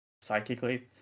psychically